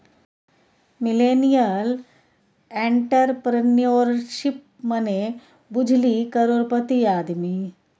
millennial entrepreneurship मने बुझली करोड़पति आदमी